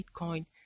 bitcoin